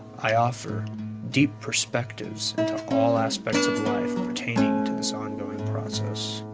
i offer deep perspectives all aspects of life pertaining to this ongoing process.